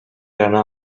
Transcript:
anar